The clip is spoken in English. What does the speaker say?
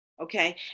Okay